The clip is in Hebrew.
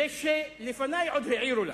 ועוד לפני העירו לה.